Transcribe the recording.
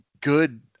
good